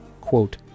quote